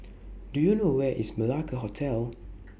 Do YOU know Where IS Malacca Hotel